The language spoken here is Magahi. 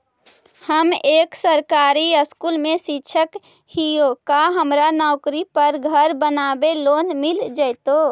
हम एक सरकारी स्कूल में शिक्षक हियै का हमरा नौकरी पर घर बनाबे लोन मिल जितै?